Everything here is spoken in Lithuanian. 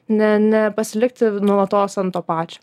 ne ne pasilikti nuolatos ant to pačio